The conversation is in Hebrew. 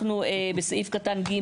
אנחנו בסעיף קטן (ג),